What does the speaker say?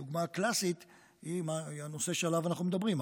הדוגמה הקלאסית היא הנושא שעליו אנחנו מדברים,